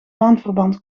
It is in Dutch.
maandverband